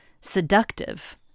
seductive